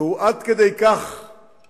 והוא עד כדי כך שברירי,